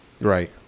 Right